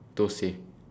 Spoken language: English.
thosai